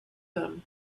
them